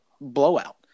blowout